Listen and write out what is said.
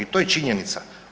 I to je činjenica.